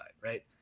right